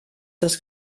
das